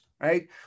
right